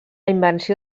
invenció